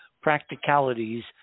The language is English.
practicalities